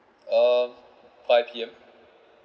uh five P_M